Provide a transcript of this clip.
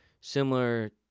similar